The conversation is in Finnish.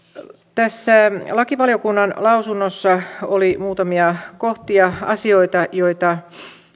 tässä lakivaliokunnan lausunnossa oli muutamia asioita joita